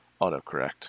autocorrect